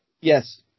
Yes